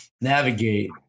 navigate